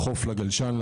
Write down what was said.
מהחוף לגלשן,